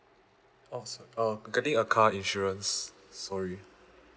oh so~ uh getting a car insurance sorry